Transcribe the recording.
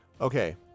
Okay